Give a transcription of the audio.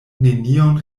nenion